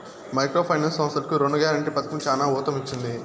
micro finance సంస్థలకు రుణ guarantee పథకం చానా ఊతమిచ్చింది